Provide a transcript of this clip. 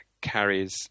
carries